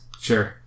sure